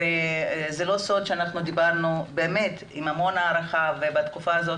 זה לא סוד שדיברנו עם המון הערכה ובתקופה הזאת